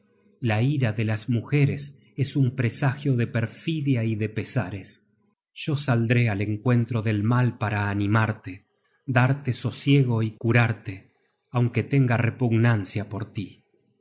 la ira de las mujeres es un presagio de perfidia y de pesares yo saldré al encuentro del mal para animarte darte sosiego y curarte aunque tenga repugnancia por tí